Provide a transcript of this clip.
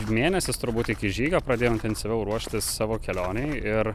mėnesis turbūt iki žygio pradėjau intensyviau ruoštis savo kelionei ir